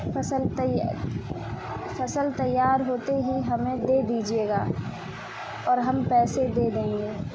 فصل فصل تیار ہوتے ہی ہمیں دے دیجیے گا اور ہم پیسے دے دیں گے